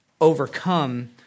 overcome